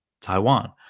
Taiwan